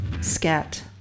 scat